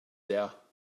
there